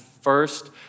first